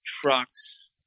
trucks